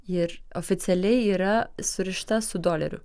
ji ir oficialiai yra surišta su doleriu